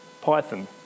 python